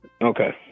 Okay